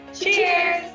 Cheers